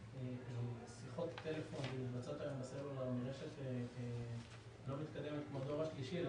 שיחות טלפון שמבוצעות היום בסלולר מרשת לא מתקדמת כמו הדור השלישי אלא